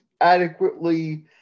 adequately